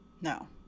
No